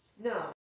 No